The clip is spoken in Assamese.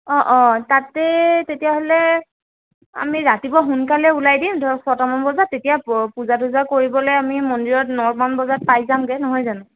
অঁ অঁ তাতে তেতিয়াহ'লে আমি ৰাতিপুৱা সোনকালে ওলাই দিম ধৰক ছয়টা মান বজাত তেতিয়া পূজা তুজা কৰিবলৈ আমি মন্দিৰত ন মান বজাত পাই যামগৈ নহয় জানো